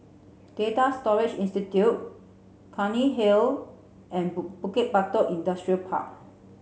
Data Storage Institute Cairnhill and Bukit Batok Industrial Park